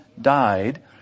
died